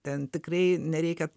ten tikrai nereikia